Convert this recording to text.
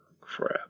Crap